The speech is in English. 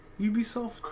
Ubisoft